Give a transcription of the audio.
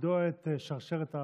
לגדוע את שרשרת ההדבקה.